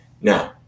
now